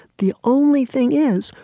the only thing is,